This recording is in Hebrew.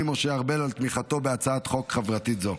משה ארבל על תמיכתו בהצעת חוק חברתית זו.